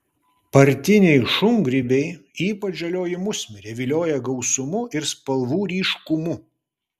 partiniai šungrybiai ypač žalioji musmirė vilioja gausumu ir spalvų ryškumu